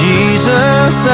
Jesus